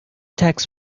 tax